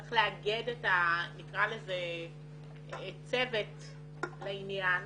צריך לאגד, נקרא לזה צוות לעניין,